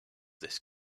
this